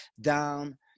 down